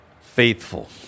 Faithful